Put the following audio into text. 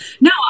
no